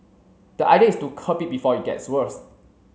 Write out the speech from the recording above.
the idea is to curb it before it gets worse